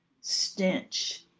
stench